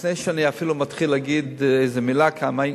לפני שאני אפילו מתחיל להגיד איזה מלה כאן,